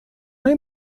های